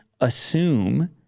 assume